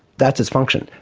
that's its function.